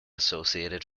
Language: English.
associated